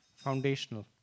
foundational